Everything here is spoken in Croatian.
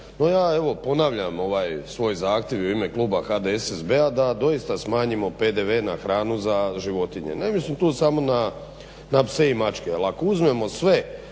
No ja evo ponavljam ovaj svoj zahtjev i u ime kluba HDSSB-a da doista smanjimo PDV na hranu za životinje. Ne mislim tu samo na pse i mačke. Ali ako uzmemo sve